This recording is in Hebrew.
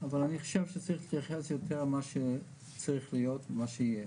אבל אני חושב שצריך להתייחס יותר למה שצריך להיות ומה שיהיה